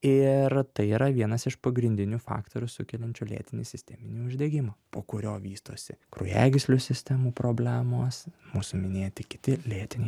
ir tai yra vienas iš pagrindinių faktorių sukeliančių lėtinį sisteminį uždegimą po kurio vystosi kraujagyslių sistemų problemos mūsų minėti kiti lėtiniai